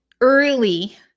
early